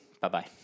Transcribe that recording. Bye-bye